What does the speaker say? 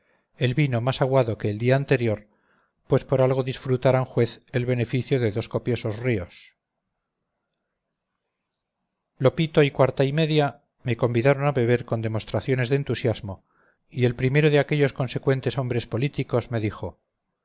el vino más aguado que el día anterior pues por algo disfruta aranjuez el beneficio de dos copiosos ríos lopito y cuarta y media me convidaron a beber con demostraciones de entusiasmo y el primero de aquellos consecuentes hombres políticos me dijo